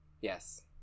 Yes